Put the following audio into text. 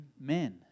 men